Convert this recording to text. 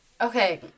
okay